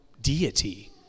deity